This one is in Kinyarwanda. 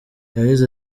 yagize